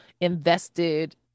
invested